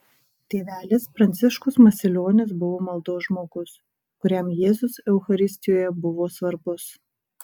tėvelis pranciškus masilionis buvo maldos žmogus kuriam jėzus eucharistijoje buvo svarbus